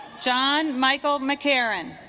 john michael mccarran